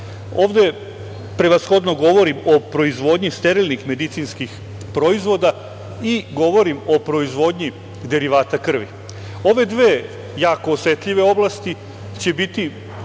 Ovde govorim o proizvodnji sterilnih medicinskih proizvoda i govorim o proizvodnji derivata krvi. Za ove dve jako osetljive oblasti će biti